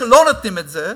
אם לא נותנים את זה,